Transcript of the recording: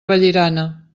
vallirana